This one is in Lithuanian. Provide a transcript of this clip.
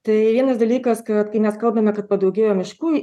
tai vienas dalykas kad kai mes kalbame kad padaugėjo miškų